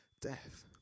death